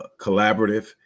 collaborative